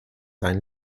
sein